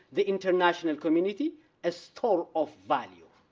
the international community as total of value.